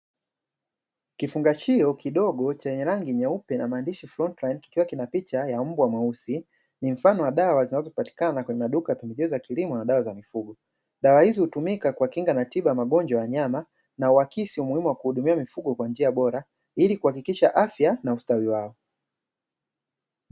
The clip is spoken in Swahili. Kifungashio kidogo chenye rangi nyeupe na maandishi "frontilaiti", kikiwa kina picha ya mbwa mweusi. Ni mfano wa dawa zinazopatikana katika pembejeo za kilimo na dawa za mifugo. Dawa hizi hutumika kuwakinga na tiba za magonjwa ya wanyama na huakisi umuhimu wa kuhudumia mifugo kwa njia bora, ili kuhakikisha afya na ustawi wao.